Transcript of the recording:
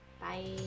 Bye